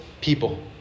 people